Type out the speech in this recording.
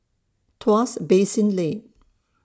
Tuas Basin Lane